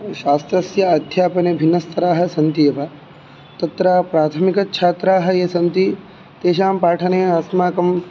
शास्त्रस्य अध्यापने भिन्नस्तराः सन्ति एव तत्र प्राथमिकछात्राः ये सन्ति तेषां पाठने अस्माकं